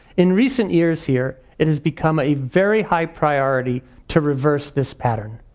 in recent years here, it has become a very high priority to reverse this pattern.